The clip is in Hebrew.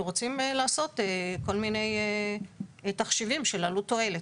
רוצים לעשות כל מיני תחשיבים של עלות תועלת.